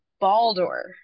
Baldur